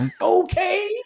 okay